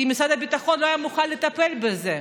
כי משרד הביטחון לא היה מוכן לטפל בזה.